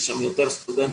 יש שם יותר סטודנטים